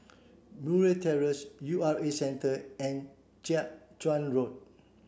Murray Terrace U R A Centre and Jiak Chuan Road